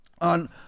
on